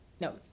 No